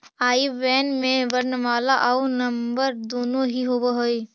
आई बैन में वर्णमाला आउ नंबर दुनो ही होवऽ हइ